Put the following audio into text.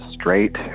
straight